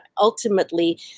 ultimately